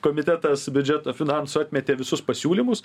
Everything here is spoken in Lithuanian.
komitetas biudžeto finansų atmetė visus pasiūlymus